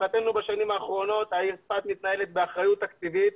בשנים האחרונות העיר צפת מתנהלת באחריות תקציבית.